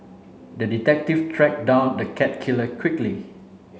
the detective tracked down the cat killer quickly